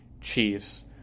Chiefs